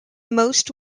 most